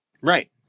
Right